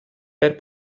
per